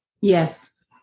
Yes